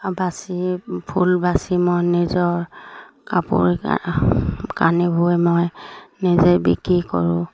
বাচি ফুল বাচি মই নিজৰ কাপোৰ কানি বই মই নিজে বিক্ৰী কৰোঁ